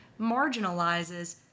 marginalizes